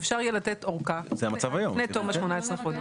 שאפשר יהיה לתת אורכה לפני 18 חודשים.